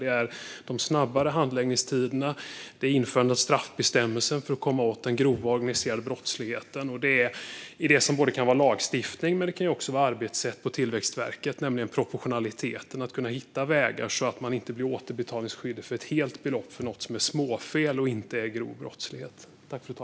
Det är snabbare handläggningstider. Det är införande av straffbestämmelser för att komma åt den grova, organiserade brottsligheten. Och det är det som kan vara lagstiftning men också arbetssätt på Tillväxtverket, nämligen proportionaliteten, för att hitta vägar så att man inte ska bli återbetalningsskyldig för ett helt belopp på grund av ett småfel och inte grov brottslighet.